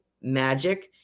magic